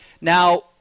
Now